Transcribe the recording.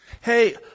Hey